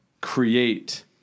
create